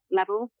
level